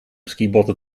skibotten